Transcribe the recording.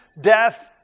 death